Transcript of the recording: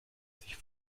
sich